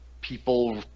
people